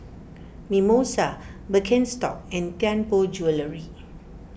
Mimosa Birkenstock and Tianpo Jewellery